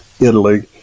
italy